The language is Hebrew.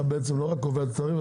אתה בעצם לא רק קובע את התעריף,